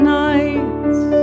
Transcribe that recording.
nights